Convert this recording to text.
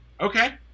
Okay